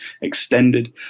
extended